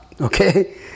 okay